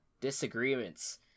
disagreements